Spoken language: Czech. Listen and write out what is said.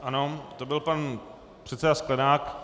Ano, to byl pan předseda Sklenák.